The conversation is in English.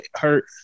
hurt